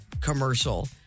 commercial